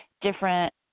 different